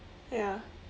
ya